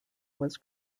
was